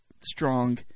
strong